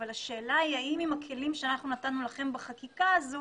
אבל השאלה היא האם עם הכלים שאנחנו נתנו לכם בחקיקה הזו